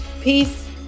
peace